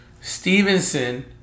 Stevenson